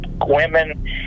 women